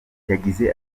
yagize